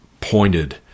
pointed